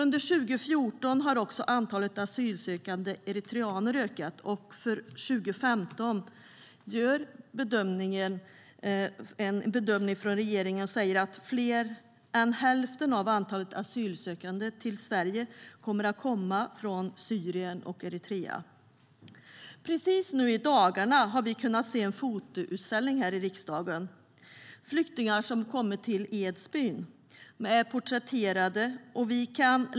Under 2014 har också antalet asylsökande eritreaner ökat, och för 2015 gör regeringen en bedömning som säger att fler än hälften av antalet asylsökande till Sverige kommer att komma från Syrien och Eritrea.Precis nu i dagarna har vi kunnat se en fotoutställning här i riksdagen. Det är flyktingar som har kommit till Edsbyn som är porträtterade.